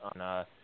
on